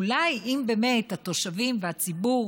אולי אם באמת לתושבים ולציבור